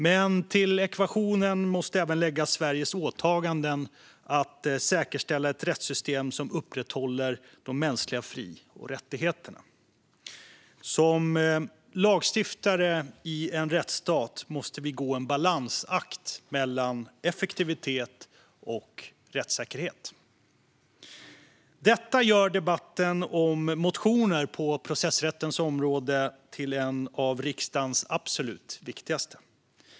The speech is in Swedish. Men till ekvationen måste även läggas Sveriges åtaganden att säkerställa ett rättssystem som upprätthåller de mänskliga fri och rättigheterna. Som lagstiftare i en rättsstat måste vi gå en balansakt mellan effektivitet och rättssäkerhet. Detta gör debatten om motioner på processrättens område till en av riksdagens absolut viktigaste.